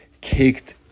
kicked